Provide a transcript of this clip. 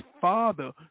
father